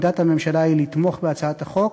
ועמדת הממשלה היא לתמוך בהצעת החוק,